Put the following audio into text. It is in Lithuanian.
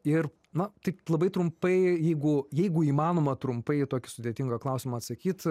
ir na tik labai trumpai jeigu jeigu įmanoma trumpai į tokį sudėtingą klausimą atsakyt